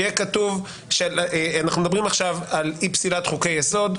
שיהיה כתוב שאנחנו מדברים עכשיו על אי פסילת יסוד.